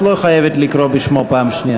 את לא חייבת לקרוא בשמו פעם שנייה.